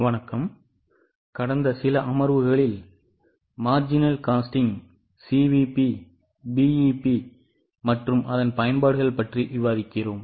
வணக்கம் கடந்த சில அமர்வுகளில் விளிம்பு செலவு CVP BEP மற்றும் அதன் பயன்பாடுகள் பற்றி விவாதிக்கிறோம்